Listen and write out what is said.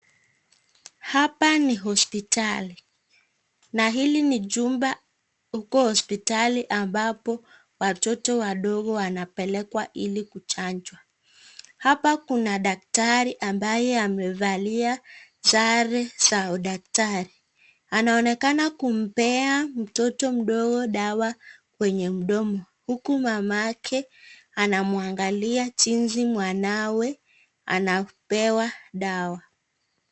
Hapa ni hospitali na hili ni jumba huko hospitali ambapo watoto wadogo wanapelekwa ili kuchanjwa hapa kuna daktari ambaye amevalia sare za udaktari anaonekana kumpea mtoto mdogo dawa kwenye mdomo huku mamake anamwangalia jinsi mwanawe anapewa dawa.